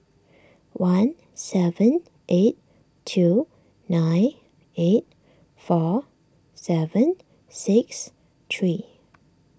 one seven eight two nine eight four seven six three